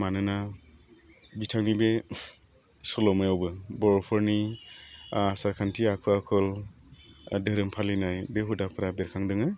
मानोना बिथांनि बे सल'मायावबो बर'फोरनि आसार खान्थि आखु आखल दोहोरोम फालिनाय बे हुदाफ्रा बेरखांदोङो